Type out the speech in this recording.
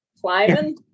climbing